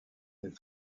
elle